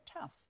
tough